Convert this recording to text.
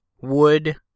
wood